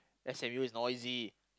S_M_U is noisy